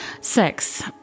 Six